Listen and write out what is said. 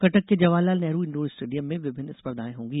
कटक के Jawaharlal Nehru indoor stadium में विभिन्न स्पर्धाएं होंगी